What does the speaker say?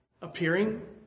appearing